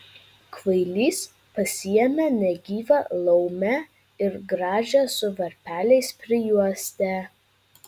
kvailys pasiėmė negyvą laumę ir gražią su varpeliais prijuostę